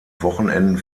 wochenenden